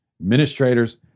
administrators